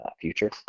future